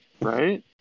right